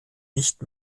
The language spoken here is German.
nicht